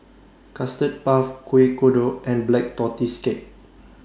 Custard Puff Kuih Kodok and Black Tortoise Cake